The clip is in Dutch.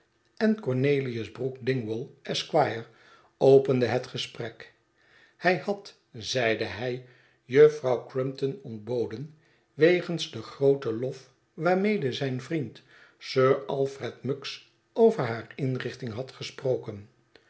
en cornelius brook dingwall esq opende het gesprek hij had zeide hij juffrouw crumpton ontboden wegens den grooten lof waarmede zijn vriend sir alfred muggs over haar inrich ting had gesproken